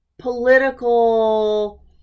political